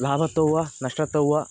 लाभत्वे वा नष्टत्वे वा